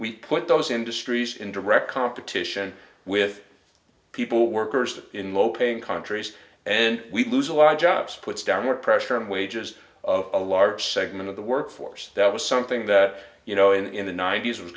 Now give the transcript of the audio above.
we put those industries in direct competition with people workers in low paying countries and we lose a lot of jobs puts downward pressure on wages of a large segment of the workforce that was something that you know in the ninety's was